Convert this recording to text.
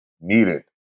needed